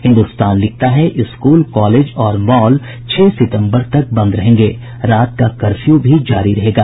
हिन्दुस्तान लिखता है school college और मॉल छह सितम्बर तक बंद रहेंगे रात का कर्फ्यू भी जारी रहेगा